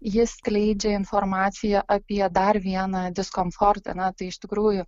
jis skleidžia informaciją apie dar vieną diskomfortą na tai iš tikrųjų